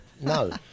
no